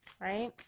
right